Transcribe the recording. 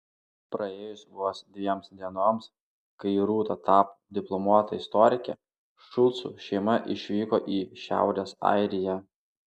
praėjus vos dviems dienoms kai rūta tapo diplomuota istorike šulcų šeima išvyko į šiaurės airiją